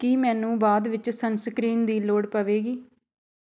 ਕੀ ਮੈਨੂੰ ਬਾਅਦ ਵਿੱਚ ਸਨਸਕ੍ਰੀਨ ਦੀ ਲੋੜ ਪਵੇਗੀ